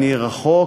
אני רחוק